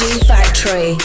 G-Factory